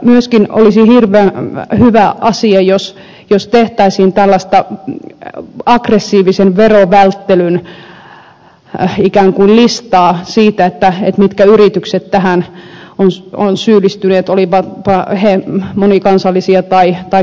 myöskin olisi hirveän hyvä asia jos tehtäisiin ikään kuin aggressiivisen verovälttelyn listaa siitä mitkä yritykset tähän ovat syyllistyneet olivatpa ne monikansallisia tai kotimaisia